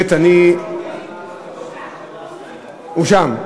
הוא שם.